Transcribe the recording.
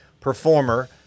performer